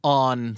on